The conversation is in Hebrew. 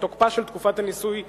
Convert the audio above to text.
את תקופת הניסוי בצו,